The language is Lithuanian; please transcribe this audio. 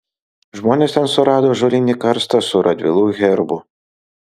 žmonės ten surado ąžuolinį karstą su radvilų herbu